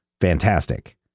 fantastic